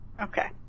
Okay